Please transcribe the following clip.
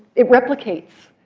it replicates.